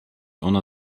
ona